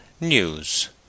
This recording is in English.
News